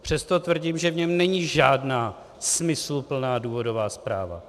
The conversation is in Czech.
Přesto tvrdím, že v něm není žádná smysluplná důvodová zpráva.